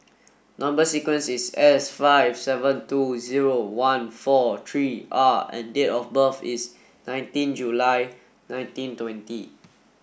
number sequence is S five seven two zero one four three R and date of birth is nineteen July nineteen twenty